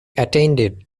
attended